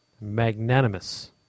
Magnanimous